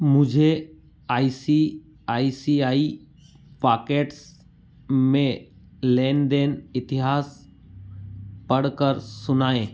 मुझे I C I C I pockets में लेनदेन इतिहास पढ़कर सुनाएँ